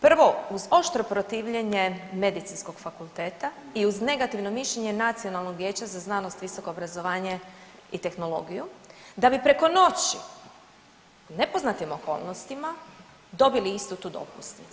Prvo uz oštro protivljenje Medicinskog fakulteta i uz negativno mišljenje Nacionalnog vijeća za znanost, visoko obrazovanje i tehnologiju da bi preko noći u nepoznatim okolnostima dobili istu tu dopusnicu.